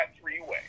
three-way